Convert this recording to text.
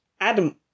Adam